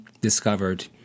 discovered